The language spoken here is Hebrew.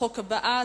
חוק הבאה,